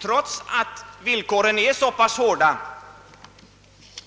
Trots att villkoren är så hårda